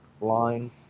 line